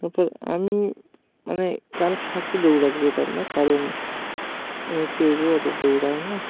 তারপর আমি মানে কারোর সাথে দৌড়াতে যেতাম না কারণ অনেক কেউ কেউ অত দৌড়ায় না